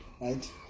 right